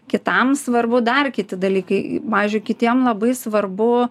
kitam svarbu dar kiti dalykai pavyzdžiui kitiem labai svarbu